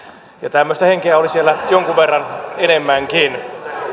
tämmöistä henkeä oli siellä jonkun verran enemmänkin